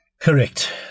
Correct